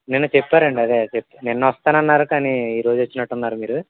నిన్న చెప్పారండి అదే చెప్ నిన్న వస్తాను అన్నారు కానీ ఈరోజు వచ్చినట్టు ఉన్నారు మీరు